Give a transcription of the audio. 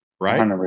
Right